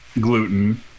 gluten